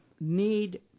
need